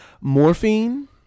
morphine